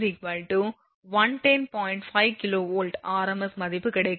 5 kV rms மதிப்பு கிடைக்கும்